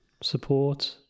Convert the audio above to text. support